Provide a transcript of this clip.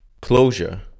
Closure